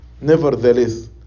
nevertheless